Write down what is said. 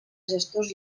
gestors